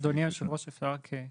אדוני יושב הראש אפשר רק להתייחס?